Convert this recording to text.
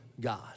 God